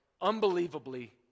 unbelievably